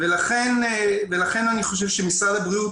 ולכן אני חושב שמשרד הבריאות,